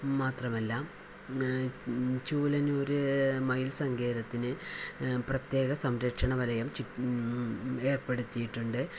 മാത്രമല്ല ചൂലന്നൂര് മയിൽ സങ്കേതത്തിന് പ്രത്യേക സംരക്ഷണ വലയം ഏർപ്പെടുത്തിയിട്ടുണ്ട്